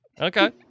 Okay